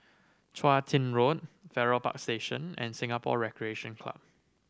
Chun Tin Road Farrer Park Station and Singapore Recreation Club